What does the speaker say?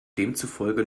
demzufolge